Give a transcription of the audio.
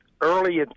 early